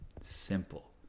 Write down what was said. Simple